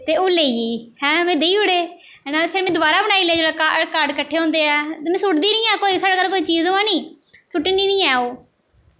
ते ओह् लेई गेई हैं में देई ओड़े है ना में दोबारा बनाई लेई एह् कार्ड किट्ठे होंदे ऐ ते में सुट्टदी निं ऐ कोई साढ़े घर कोई चीज होऐ नी सुट्टनी निं ऐ ओह्